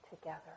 together